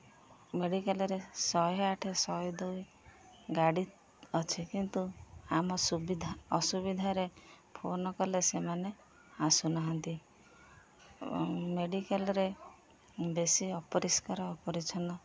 ମେଡ଼ିକାଲରେ ଶହେ ଆଠେ ଶହେ ଦୁଇ ଗାଡ଼ି ଅଛି କିନ୍ତୁ ଆମ ସୁବିଧା ଅସୁବିଧାରେ ଫୋନ କଲେ ସେମାନେ ଆସୁନାହାନ୍ତି ମେଡ଼ିକାଲରେ ବେଶୀ ଅପରିଷ୍କାର ଅପରିଚ୍ଛନ୍ନ